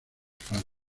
faros